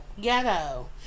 Ghetto